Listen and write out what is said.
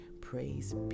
Praise